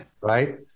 Right